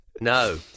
no